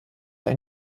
ein